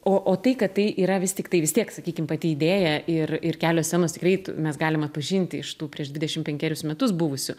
o o tai kad tai yra vis tiktai vis tiek sakykim pati idėja ir ir kelios scenos tikrai mes galim atpažinti iš tų prieš dvidešimt penkerius metus buvusių